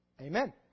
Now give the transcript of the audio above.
Amen